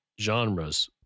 genres